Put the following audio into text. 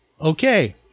Okay